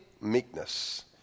meekness